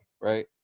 right